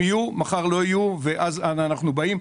יהיו ומחר הן לא יהיו ואז אנה אנו באים.